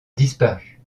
disparu